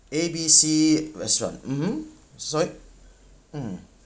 A B C restaurant mmhmm sorry mm